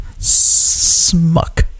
Smuck